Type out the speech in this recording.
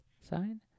sign